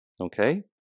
Okay